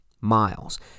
miles